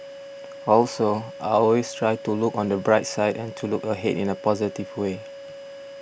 also I always try to look on the bright side and to look ahead in a positive way